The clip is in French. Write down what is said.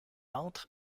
entre